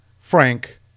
Frank